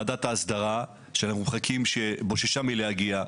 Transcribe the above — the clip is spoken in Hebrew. ועדת האסדרה שאנחנו מחכים והיא בוששה מלהגיע.